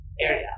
area